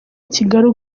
kigali